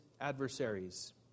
adversaries